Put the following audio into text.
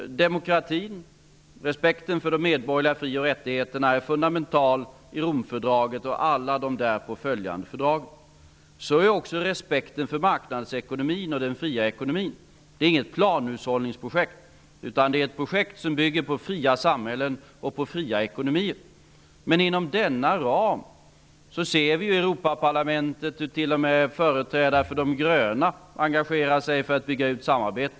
Demokratin, respekten för de medborgerliga fri och rättigheterna, är fundamental i Romfördraget och i alla de därpå följande fördragen. Så är också respekten för marknadsekonomin och den fria ekonomin. Det är inget planhushållningsprojekt, utan ett projekt som bygger på fria samhällen och på fria ekonomier. Inom denna ram ser vi i Europaparlamentet t.o.m. företrädare för De gröna engagera sig för att bygga ut samarbetet.